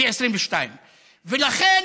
פי 22. ולכן,